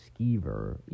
skeever